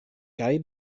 kaj